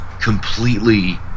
completely